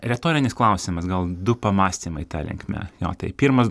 retorinis klausimas gal du pamąstymai ta linkme jo tai pirmas